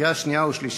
לקריאה שנייה ושלישית.